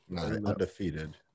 Undefeated